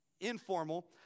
informal